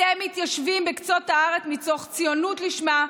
אתם מתיישבים בקצות הארץ מתוך ציונות לשמה,